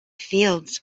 fields